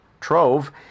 trove